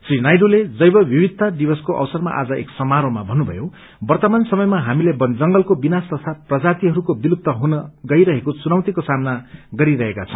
श्री नायडूले जैव विविघता दिवसको अवसरमा आज एक समारोहमा भन्नुभयो वर्तमान समयमा हामी वन जंगलको विनाश तथ प्रजातिहरूको विलुप्त हुन गइरहेको चुनौतिको सामना गरिरहेको छ